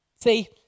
See